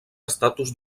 estatus